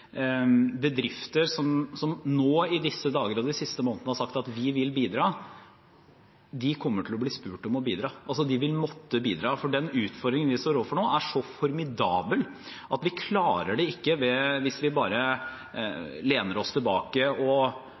bedrifter som nå, i disse dager og i de siste månedene, har sagt at de vil bidra, kommer til å bli spurt om å bidra. De vil altså måtte bidra, for den utfordringen vi står overfor nå, er så formidabel at vi ikke klarer det hvis vi bare lener oss tilbake.